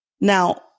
Now